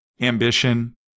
ambition